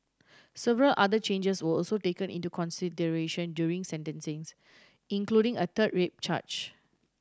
several other changes were also taken into consideration during sentencing's including a third rape charge